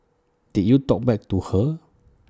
did you talk back to her